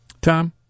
Tom